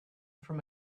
from